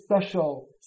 special